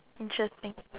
interesting